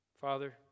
Father